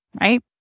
right